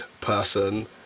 person